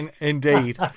Indeed